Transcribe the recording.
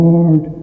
Lord